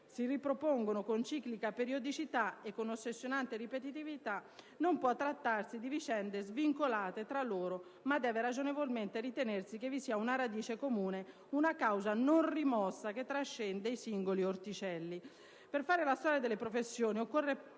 si ripropongono con ciclica periodicità e con ossessionante ripetitività, non può trattarsi di vicende svincolate tra loro ma deve ragionevolmente ritenersi che vi sia una radice comune, una causa non rimossa che trascende i singoli "orticelli". Per fare la storia delle professioni occorre